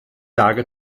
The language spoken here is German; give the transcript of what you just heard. lage